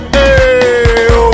Hey